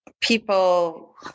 people